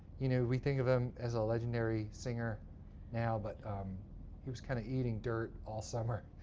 you know we think of him as a legendary singer now, but he was kind of eating dirt all summer.